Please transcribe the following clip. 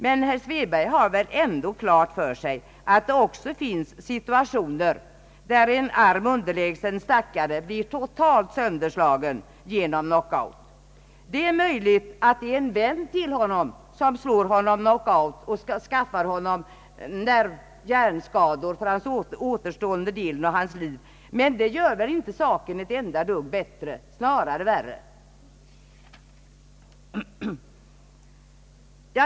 Men herr Svedberg har väl klart för sig att det kan förekomma situationer, där en underlägsen stackare blir totalt sönderslagen genom knockout. Det är möjligt att det är en vän till honom som slår honom knockout och förorsakar hjärnskador för den återstående delen av hans liv, men det gör väl inte saken ett enda dugg bättre, snarare värre.